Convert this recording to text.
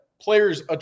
players